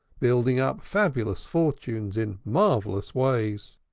building up fabulous fortunes in marvellous ways.